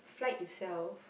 flight itself